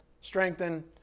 strengthen